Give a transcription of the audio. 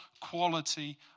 quality